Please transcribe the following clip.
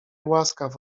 łaskaw